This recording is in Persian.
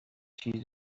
چیز